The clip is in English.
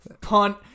Punt